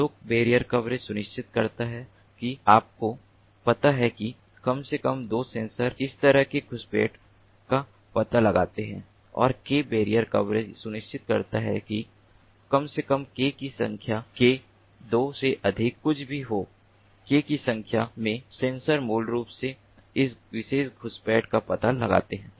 दो barrier coverage सुनिश्चित करता है कि आपको पता है कि कम से कम 2 सेंसर इस तरह के घुसपैठ का पता लगाते हैं और k बैरियर कवरेज सुनिश्चित करता है कि कम से कम k की संख्या k 2 से अधिक कुछ भी हो k की संख्या में सेंसर मूल रूप से इस विशेष घुसपैठ का पता लगाते हैं